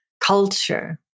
culture